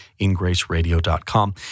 ingraceradio.com